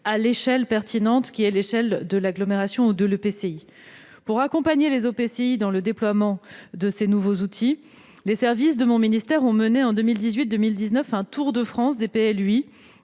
à l'échelon pertinent, qui est celui de l'agglomération ou de l'EPCI. Pour accompagner les EPCI dans le déploiement de ces nouveaux outils, les services de mon ministère ont mené un tour de France des PLUi